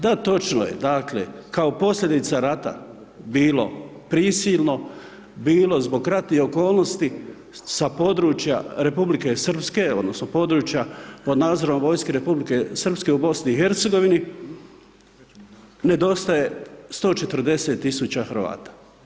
Da, točno je, dakle kao posljedica rata bilo prisilno, bilo zbog ratnih okolnosti sa područja Republike Srpske odnosno područja pod nadzorom vojske Republike Srpske u BiH-u nedostaje 140 000 Hrvata.